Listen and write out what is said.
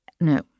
no